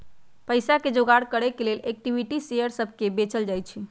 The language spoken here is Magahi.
पईसा के जोगार करे के लेल इक्विटी शेयर सभके को बेचल जाइ छइ